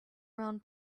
round